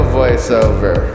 voiceover